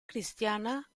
cristiana